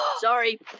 Sorry